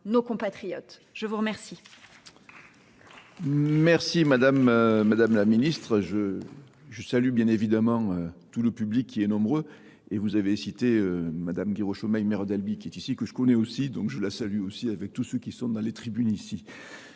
nos compatriotes. Je vous remercie.